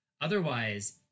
otherwise